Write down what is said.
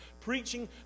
preaching